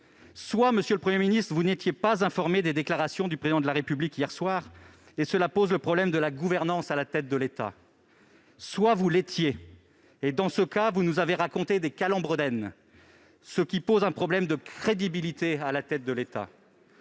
! Monsieur le Premier ministre, soit vous n'étiez pas informé des déclarations du Président de la République hier soir, et cela pose le problème de la gouvernance à la tête de l'État, soit vous l'étiez, et vous nous avez dans ce cas raconté des calembredaines, ce qui pose un problème de crédibilité à la tête de l'État.